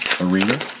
arena